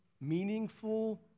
meaningful